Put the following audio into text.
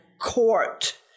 court